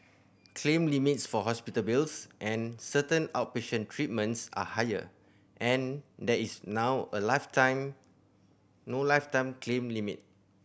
claim limits for hospital bills and certain outpatient treatments are higher and there is now a lifetime no lifetime claim limit